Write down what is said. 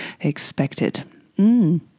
expected